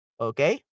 Okay